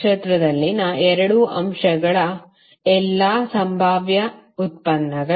ನಕ್ಷತ್ರದಲ್ಲಿನ 2 ಅಂಶಗಳ ಎಲ್ಲಾ ಸಂಭಾವ್ಯ ಉತ್ಪನ್ನಗಳು